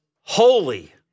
holy